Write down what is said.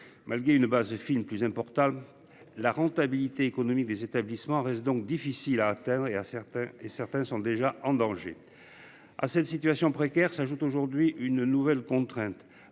Malgré une base de films plus importants. La rentabilité économique des établissements restent donc difficile à atteindre et à certains et certains sont déjà en danger. À cette situation précaire s'ajoute aujourd'hui une nouvelle contrainte,